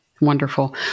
Wonderful